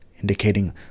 indicating